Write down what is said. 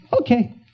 Okay